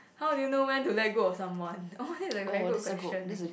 how do you know when do let go of someone oh this is a very good question actually